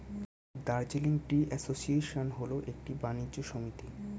Darjeeling tea association হল একটি বাণিজ্য সমিতি